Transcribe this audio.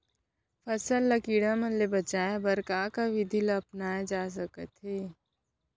फसल ल कीड़ा मन ले बचाये बर का का विधि ल अपनाये जाथे सकथे?